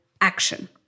action